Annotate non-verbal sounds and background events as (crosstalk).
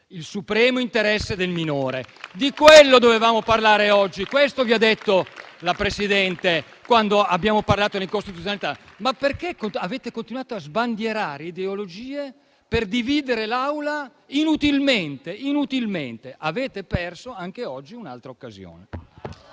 il supremo interesse del minore. (applause) Di quello dovevamo parlare oggi. Questo vi ha detto la Presidente quando abbiamo parlato di incostituzionalità. Perché avete continuato a sbandierare ideologie per dividere l'Assemblea inutilmente? Avete perso anche oggi un'altra occasione.